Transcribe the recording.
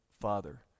father